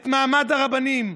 את מעמד הרבנים,